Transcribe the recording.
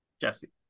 Jesse